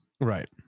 Right